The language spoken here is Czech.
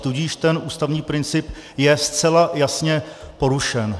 Tudíž ten ústavní princip je zcela jasně porušen.